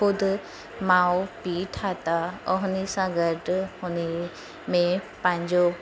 ख़ुदि माउ पीउ ठाता और हुन सां गॾु हुन में पंहिंजो